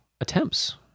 attempts